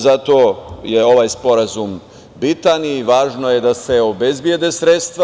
Zato je ovaj sporazum bitan i važno je da se obezbede sredstva.